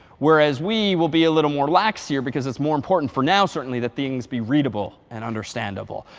whereas we will be a little more lax here, because it's more important for now certainly that things be readable and understandable.